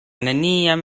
neniam